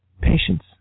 Patience